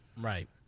right